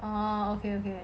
ah okay